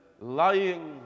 lying